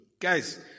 Guys